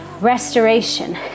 restoration